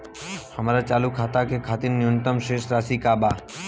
हमार चालू खाता के खातिर न्यूनतम शेष राशि का बा?